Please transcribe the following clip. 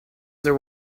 there